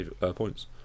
points